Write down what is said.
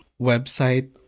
website